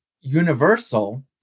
Universal